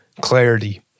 clarity